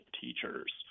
teachers